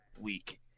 week